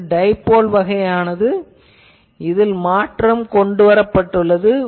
இது டைபோல் வகையான ஆன்டெனா இதில் இப்போது மாற்றம் கொண்டு வரப்பட்டுள்ளது